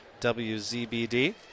WZBD